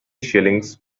shillings